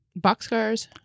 Boxcars